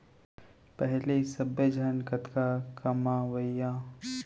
पहिली सब्बे झन कतका कमावयँ